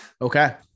Okay